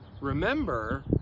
remember